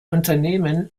unternehmen